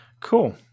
Cool